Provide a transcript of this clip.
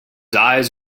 eyes